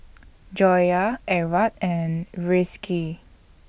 Joyah Ahad and Rizqi